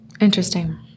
Interesting